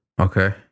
Okay